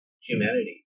humanity